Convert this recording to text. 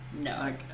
No